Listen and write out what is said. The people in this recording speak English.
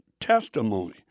testimony